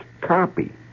copy